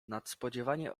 nadspodziewanie